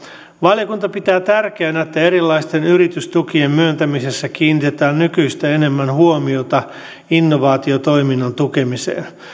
valiokunta pitää tärkeänä että erilaisten yritystukien myöntämisessä kiinnitetään nykyistä enemmän huomiota innovaatiotoiminnan tukemiseen